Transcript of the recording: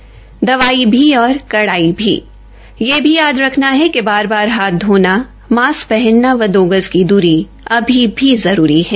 दवाई भी और कड़ाई भी यह भी याद रखना है कि बार बार हाथ धोना मास्क पहनना व दो गज की दूरी अभी भी जरूरी है